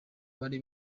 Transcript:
bari